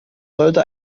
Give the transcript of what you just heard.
sollte